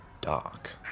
dark